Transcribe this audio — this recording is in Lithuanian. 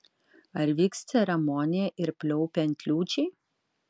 ar vyks ceremonija ir pliaupiant liūčiai